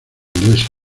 iglesia